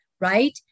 right